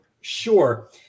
sure